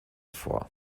vor